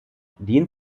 dient